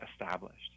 established